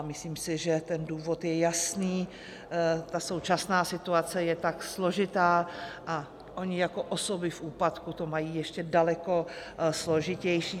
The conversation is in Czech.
Myslím si, že ten důvod je jasný: současná situace je tak složitá a oni jako osoby v úpadku to mají ještě daleko složitější.